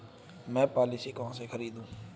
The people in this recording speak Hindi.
मैं पॉलिसी कहाँ से खरीदूं?